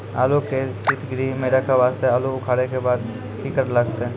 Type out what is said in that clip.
आलू के सीतगृह मे रखे वास्ते आलू उखारे के बाद की करे लगतै?